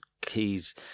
keys